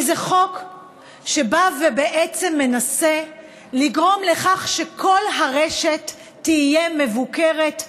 כי זה חוק שבא ובעצם מנסה לגרום לכך שכל הרשת תהיה מבוקרת,